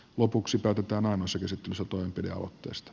lopuksi päätetään ainoassa käsittelyssä toimenpidealoitteesta